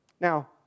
Now